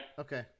Okay